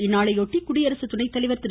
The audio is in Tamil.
இந்நாளை ஒட்டி குடியரசுத்துணைத்தலைவர் திரு